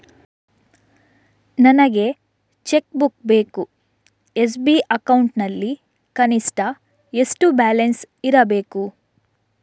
ನನಗೆ cheque book ಬೇಕು SB account ನಲ್ಲಿ ಕನಿಷ್ಠ ಎಷ್ಟು ಬ್ಯಾಲೆನ್ಸ್ ಇರಬೇಕು?